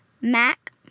Mac